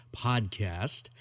podcast